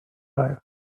life